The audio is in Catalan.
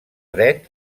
dret